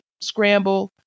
scramble